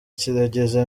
kirageze